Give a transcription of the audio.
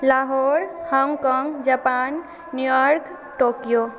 Lahore Hong Kong Japan New York Tokyo